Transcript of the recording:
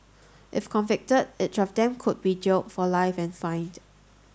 if convicted each of them could be jailed for life and fined